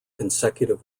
consecutive